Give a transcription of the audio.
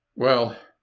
well,